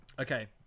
Okay